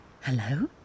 Hello